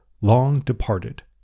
long-departed